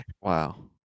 Wow